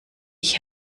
ich